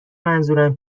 منظورم